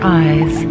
eyes